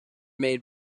made